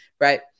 right